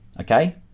okay